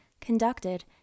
conducted